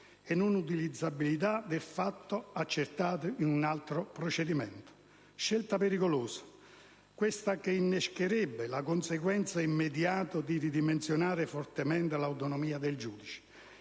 e non utilizzabilità del fatto accertato in un altro procedimento. Scelta pericolosa, questa, che innescherebbe la conseguenza immediata di ridimensionare fortemente l'autonomia del giudice,